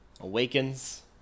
awakens